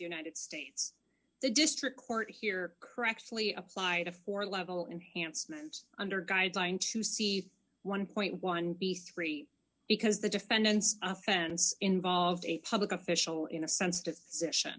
united states the district court here correctly applied a four level enhancement under guideline to see one point one b three because the defendant's offense involved a public official in a sens